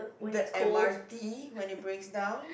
the M_R_T when it breaks down